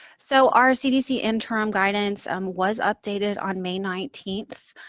so, our cdc interim guidance um was updated on may nineteenth.